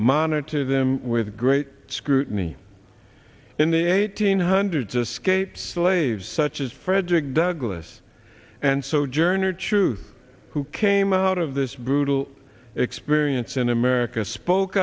monitor them with great scrutiny in the eighteen hundred to scape slaves such as frederick douglass and so journey or truth who came out of this brutal experience in america spoke